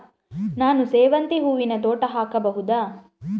ನಾನು ಸೇವಂತಿ ಹೂವಿನ ತೋಟ ಹಾಕಬಹುದಾ?